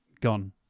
gone